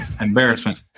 Embarrassment